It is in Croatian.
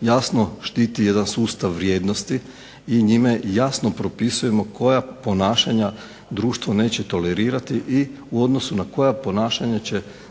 jasno štiti jedan sustav vrijednosti i njime jasno propisujemo koja ponašanja društvo neće tolerirati i u odnosu na koja ponašanja će